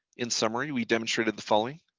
in summary, we demonstrated the following.